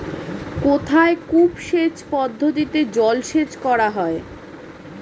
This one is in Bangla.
কোথায় কূপ সেচ পদ্ধতিতে জলসেচ করা হয়?